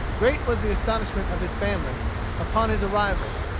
great was the astonishment of his family upon his arrival,